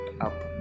up